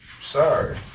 Sorry